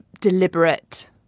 deliberate